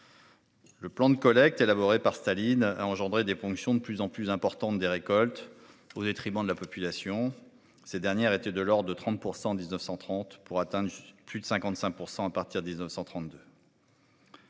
Le plan de collecte élaboré par Staline a engendré des ponctions de plus en plus importante des récoltes au détriment de la population ces dernières étaient de l'or, de 30 pour 119.130, pour atteindre plus de 55% à partir 1932.